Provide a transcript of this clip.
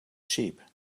sheep